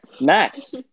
Max